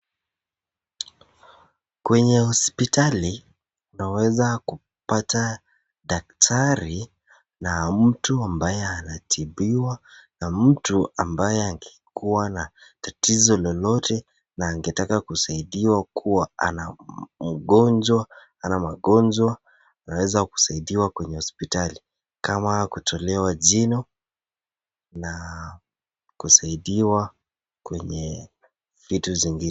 Kwenye hospitali unaweza kupata daktari na mtu ambaye anatibiwa na mtu ambaye angekuwa na tatizo lolote na angetaka kusaidiwa kuwa ana mgonjwa ana magonjwa anaweza kusaidiwa kwenye hospitali kama kutolewa jino na kusaidiwa kwenye vitu zingine.